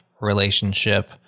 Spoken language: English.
relationship